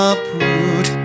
Uproot